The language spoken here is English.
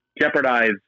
jeopardize